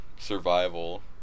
...survival